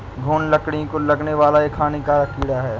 घून लकड़ी को लगने वाला एक हानिकारक कीड़ा है